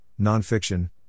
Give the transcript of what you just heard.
Nonfiction